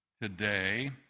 today